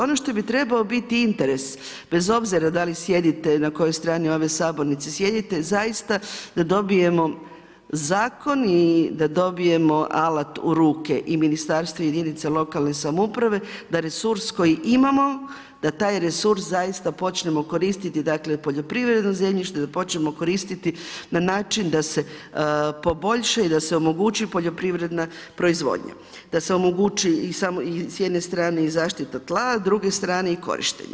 Ono što bi trebao biti interes bez obzira da li sjedite na kojoj strani ove sabornice sjedite, zaista da dobijemo zakon i da dobijemo alat u ruke i ministarstvo i jedinica lokalne samouprave da resurs koji imamo da taj resurs zaista počnemo koristiti, dakle poljoprivredno zemljište, da počnemo koristiti na način da se poboljša i da se omogući poljoprivredna proizvodnja, da se omogući s jedne strane i zaštita tla, s druge strane i korištenje.